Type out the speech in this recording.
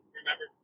remember